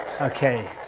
Okay